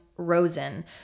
Rosen